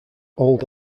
old